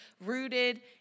rooted